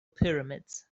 pyramids